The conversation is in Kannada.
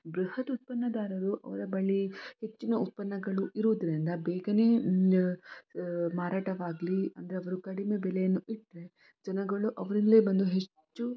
ಬೃಹತ್ ಉತ್ಪನ್ನದಾರರು ಅವರ ಬಳಿ ಹೆಚ್ಚಿನ ಉತ್ಪನ್ನಗಳು ಇರುವುದರಿಂದ ಬೇಗನೆ ಮಾರಾಟವಾಗಲಿ ಅಂದರೆ ಅವರು ಕಡಿಮೆ ಬೆಲೆಯನ್ನು ಇಟ್ಟರೆ ಜನಗಳು ಅವರಲ್ಲೇ ಬಂದು ಹೆಚ್ಚು